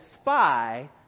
spy